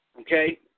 okay